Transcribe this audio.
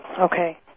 Okay